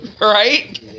right